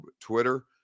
Twitter